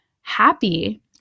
happy